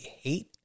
hate